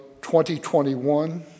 2021